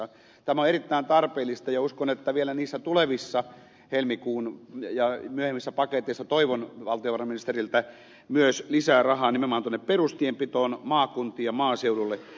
tämä on erittäin tarpeellista ja vielä niissä tulevissa helmikuun ja myöhemmissä paketeissa toivon valtiovarainministeriltä myös lisää rahaa nimenomaan perustienpitoon maakuntiin ja maaseudulle